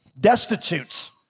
destitute